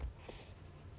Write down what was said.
ya 对 lor 对 lor